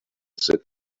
said